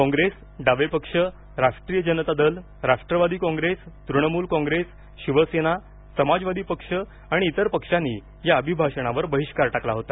कॉंग्रेस डावे पक्ष राष्ट्रीय जनता दल राष्ट्रवादी कॉंग्रेस पक्ष तृणमूल कॉंग्रेस शिवसेना समाजवादी पक्ष आणि इतर पक्षांनी या अभिभाषणावर बहिष्कार टाकला होता